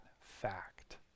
fact